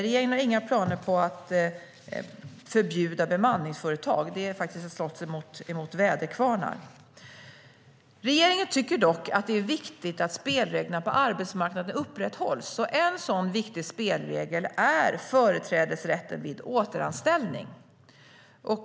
Regeringen har inga planer på att förbjuda bemanningsföretag. Detta är faktiskt att slåss mot väderkvarnar. Regeringen tycker dock att det är viktigt att spelreglerna på arbetsmarknaden upprätthålls. En sådan viktig spelregel är företrädesrätten vid återanställning.